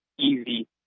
easy